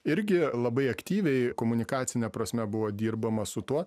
irgi labai aktyviai komunikacine prasme buvo dirbama su tuo